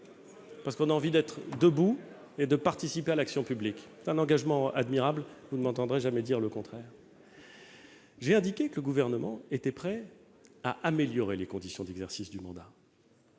parce qu'on a envie d'être debout et de participer à l'action publique. C'est un engagement admirable et vous ne m'entendrez jamais dire le contraire. J'ai indiqué que le Gouvernement était prêt à améliorer les conditions d'exercice du mandat.